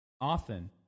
often